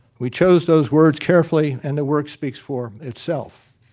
we chose those words carefully and the work speaks for itself.